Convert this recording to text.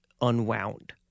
unwound